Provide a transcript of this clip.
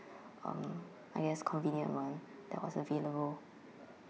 um I guess convenient one that was available